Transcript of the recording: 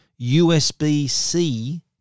USB-C